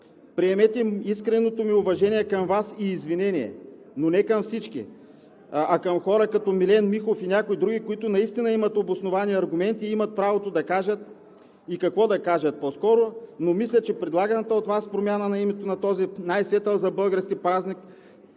Приемете искреното ми уважение към Вас и извинение, но не към всички, а към хора като Милен Михов и някои други, които наистина имат обосновани аргументи и имат правото да кажат, и какво да кажат по-скоро, но мисля, че предлаганата от Вас промяна на името на този най-светъл български празник